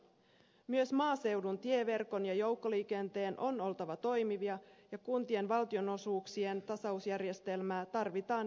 myös maaseudun tieverkon ja joukkoliikenteen on oltava toimivia ja kuntien valtionosuuksien tasausjärjestelmää tarvitaan jatkossakin